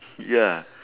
ya